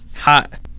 hot